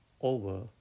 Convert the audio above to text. over